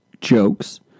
jokes